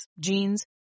jeans